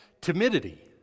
Timidity